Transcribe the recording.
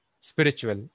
spiritual